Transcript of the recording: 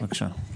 בבקשה.